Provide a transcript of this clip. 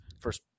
first